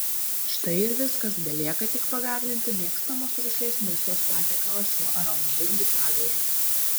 štai ir viskas belieka tik pagardinti mėgstamos rūšies mėsos patiekalą šiuo aromatingu padažu